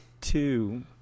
Two